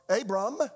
Abram